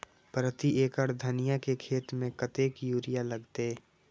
प्रति एकड़ धनिया के खेत में कतेक यूरिया लगते?